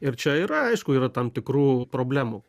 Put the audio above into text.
ir čia yra aišku yra tam tikrų problemų